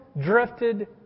drifted